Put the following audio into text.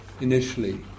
initially